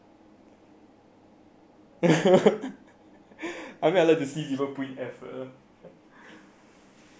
I mean I love to see people put in effort